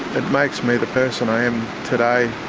it makes me the person i am today.